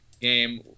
game